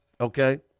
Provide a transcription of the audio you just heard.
okay